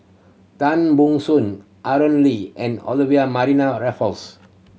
Tan Ban Soon Aaron Lee and Olivia Mariamne Raffles